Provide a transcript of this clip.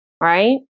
Right